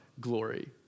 glory